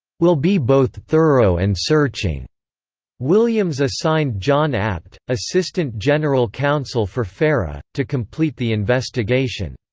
will be both thorough and searching williams assigned john abt, assistant general counsel for fera, to complete the investigation.